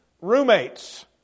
roommates